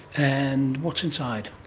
and what's inside?